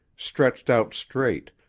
stretched out straight,